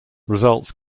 results